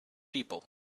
people